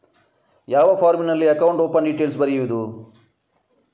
ಯಾವ ಫಾರ್ಮಿನಲ್ಲಿ account open detail ಬರೆಯುವುದು?